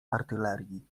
artylerii